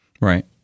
Right